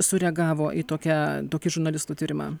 sureagavo į tokią tokį žurnalistų tyrimą